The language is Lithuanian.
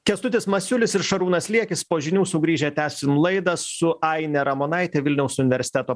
kęstutis masiulis ir šarūnas liekis po žinių sugrįžę tęsim laidą su aine ramonaite vilniaus universiteto